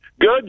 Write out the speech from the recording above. Good